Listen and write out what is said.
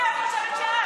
מי את חושבת שאת?